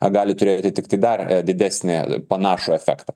a gali turėti tiktai dar didesnį panašų efektą